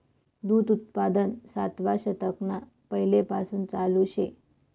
दूध उत्पादन सातवा शतकना पैलेपासून चालू शे